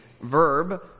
verb